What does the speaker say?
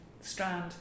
strand